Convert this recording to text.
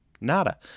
Nada